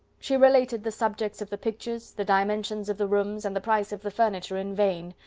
she related the subjects of the pictures, the dimensions of the rooms, and the price of the furniture, in vain.